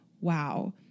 wow